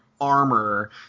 armor